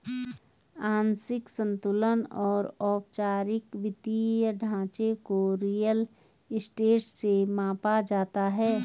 आंशिक संतुलन और औपचारिक वित्तीय ढांचे को रियल स्टेट से मापा जाता है